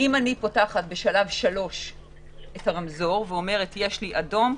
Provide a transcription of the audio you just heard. אם אני פותחת בשלב 3 את הרמזור ואומרת: יש לי אדום,